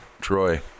Troy